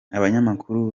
abanyamakuru